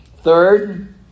third